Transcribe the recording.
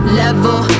level